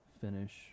finish